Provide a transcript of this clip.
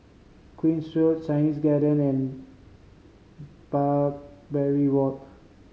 Queen's Road Chinese Garden and Barbary Walk